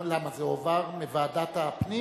למה, זה הועבר מוועדת הפנים